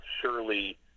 surely